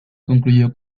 concluyó